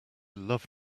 loved